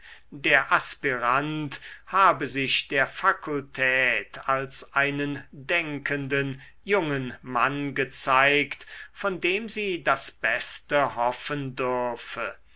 der aspirant habe sich der fakultät als einen denkenden jungen mann gezeigt von dem sie das beste hoffen dürfe